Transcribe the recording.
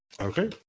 Okay